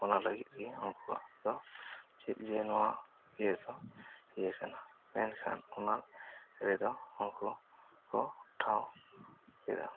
ᱚᱱᱟ ᱞᱟᱹᱜᱤᱫ ᱜᱮ ᱩᱱᱠᱩᱣᱟᱹᱜ ᱫᱚ ᱪᱮᱫ ᱡᱮ ᱱᱚᱣᱟ ᱤᱭᱟᱹ ᱫᱚ ᱤᱭᱟᱹ ᱠᱟᱱᱟ ᱢᱮᱱᱠᱷᱟᱱ ᱚᱱᱟ ᱨᱮᱫᱚ ᱩᱱᱠᱩ ᱠᱚ ᱴᱷᱟᱶ ᱮᱫᱟ